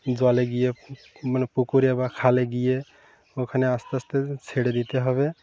জলে গিয়ে মানে পুকুরে বা খালে গিয়ে ওখানে আস্তে আস্তে ছেড়ে দিতে হবে